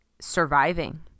surviving